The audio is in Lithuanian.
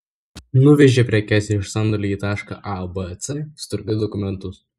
nuveži prekes iš sandėlio į tašką a b c sutvarkai dokumentus